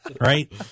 Right